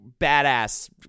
badass